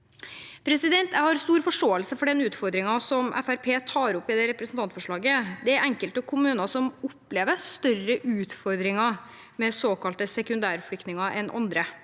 fra før. Jeg har stor forståelse for den utfordringen Fremskrittspartiet tar opp i dette representantforslaget. Det er enkelte kommuner som opplever større utfordringer med såkalte sekundærflyktninger enn andre.